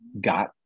got